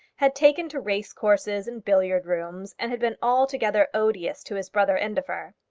had taken to race courses and billiard-rooms, and had been altogether odious to his brother indefer.